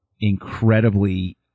incredibly